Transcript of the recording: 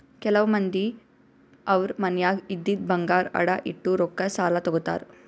ಕೆಲವ್ ಮಂದಿ ಅವ್ರ್ ಮನ್ಯಾಗ್ ಇದ್ದಿದ್ ಬಂಗಾರ್ ಅಡ ಇಟ್ಟು ರೊಕ್ಕಾ ಸಾಲ ತಗೋತಾರ್